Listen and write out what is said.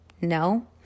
No